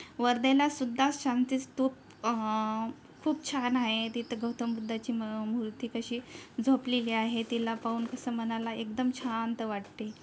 वर्देनासुद्धा शांतीस्तूप खूप छान आहे तिथं गौतम बुद्धाची म मूर्ती कशी झोपलेली आहे तिला पाहून कसं मनाला एकदम छांत वाटते